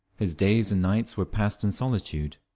his days and nights were passed in solitude.